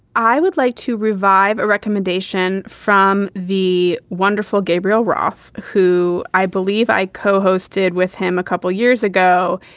i would like to revive a recommendation from the wonderful gabriel roth, who i believe i co-hosted with him a couple of years ago,